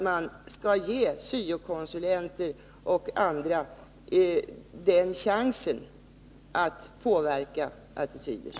Man skall ge syo-konsulenter och andra chans att påverka attityderna.